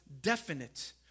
definite